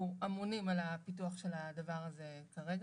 אנחנו אמונים על פיתוח הדבר הזה כרגע.